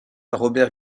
robert